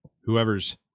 Whoever's